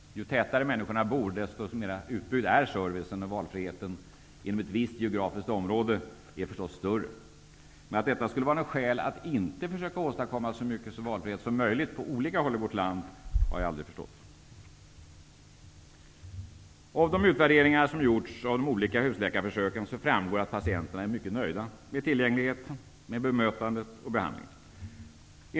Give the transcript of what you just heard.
Ju tätare människorna bor, desto mer utbyggd är servicen, och valfriheten inom ett visst geografiskt område är förstås större. Men att detta skulle vara ett skäl att inte försöka åstadkomma så stor valfrihet som möjligt på olika håll i vårt land har jag aldrig förstått. Av de utvärderingar som gjorts av de olika försöken med husläkare framgår att patienterna är mycket nöjda med tillgänglighet, bemötande och behandling.